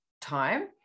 time